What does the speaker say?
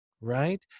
right